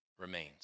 remains